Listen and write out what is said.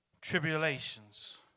tribulations